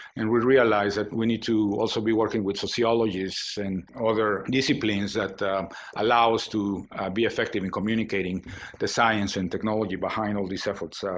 and we realized that we need to also be working with sociologists and other disciplines that allow us to be effective in communicating the science and technology behind all these efforts.